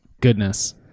Goodness